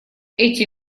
эти